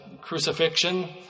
crucifixion